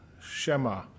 Shema